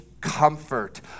comfort